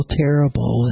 terrible